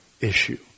issue